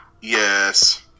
Yes